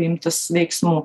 imtis veiksmų